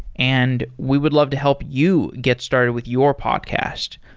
and we would love to help you get started with your podcast.